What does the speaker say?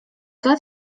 lat